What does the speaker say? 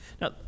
Now